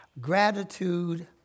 Gratitude